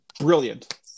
brilliant